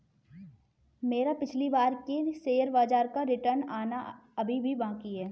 मेरा पिछली बार के शेयर बाजार का रिटर्न आना अभी भी बाकी है